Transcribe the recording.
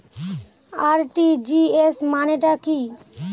RTGS মানে টা কি?